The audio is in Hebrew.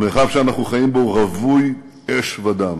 המרחב שאנחנו חיים בו רווי אש ודם.